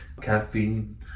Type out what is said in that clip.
caffeine